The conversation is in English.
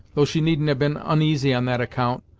though she needn't have been uneasy on that account,